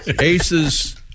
Ace's